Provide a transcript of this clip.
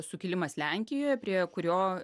sukilimas lenkijoje prie kurio